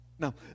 Now